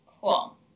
Cool